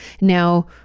Now